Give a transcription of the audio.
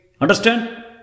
Understand